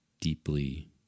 deeply